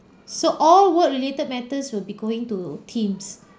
so all work related matters will be going to teams